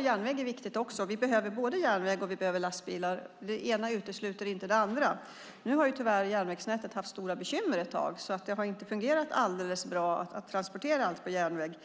järnvägen är också viktig. Vi behöver både järnväg och lastbilar. Det ena utesluter inte det andra. Nu har järnvägsnätet tyvärr haft stora bekymmer ett tag och det har inte fungerat alldeles bra att transportera allt på järnväg.